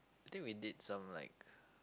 I think we did some like